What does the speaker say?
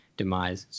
demise